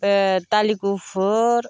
बे दालि गुफुर